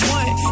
one